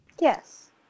Yes